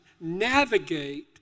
navigate